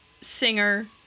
singer